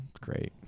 great